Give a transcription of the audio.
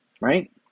right